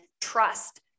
trust